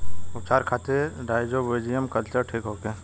उपचार खातिर rhizobium culture ठीक होखे?